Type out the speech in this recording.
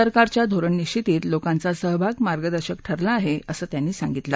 सरकारच्या धोरणनिश्वतीत लोकांचा सहभाग मार्गदर्शक ठरला आहे असं त्यांनी सांगितलं